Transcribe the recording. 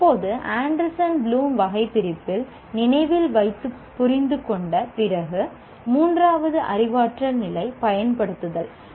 இப்போது Anderson Bloom வகைபிரிப்பில் நினைவில் வைத்து புரிந்து கொண்ட பிறகு மூன்றாவது அறிவாற்றல் நிலை 'பயன்படுத்துதல்'